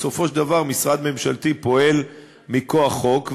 בסופו של דבר משרד ממשלתי פועל מכוח חוק,